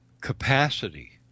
capacity